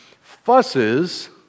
Fusses